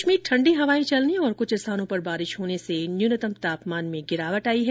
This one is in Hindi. प्रदेश में ठंडी हवाएं चलने और कुछ स्थानों पर बारिश होने से न्यूनतम तापमान में भी गिरावट आई है